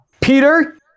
Peter